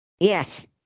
Yes